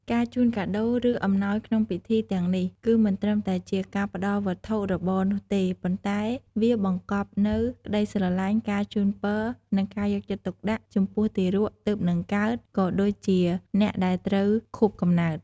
ការជូនកាដូ ឬអំណោយក្នុងពិធីទាំងនេះ គឺមិនត្រឹមតែជាការផ្ដល់វត្ថុរបរនោះទេ ប៉ុន្តែវាបង្កប់នូវ ក្ដីស្រលាញ់ ការជូនពរ និងការយកចិត្តទុកដាក់ ចំពោះទារកទើបនឹងកើត ក៏ដូចជាអ្នកដែលត្រូវខួបកំណើត។